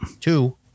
Two